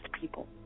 people